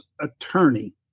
attorney